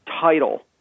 title